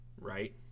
Right